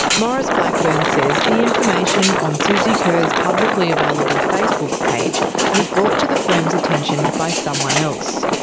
maurice blackburn says the information on suzi kerr's publicly available facebook page was brought to the firm's attention by someone else.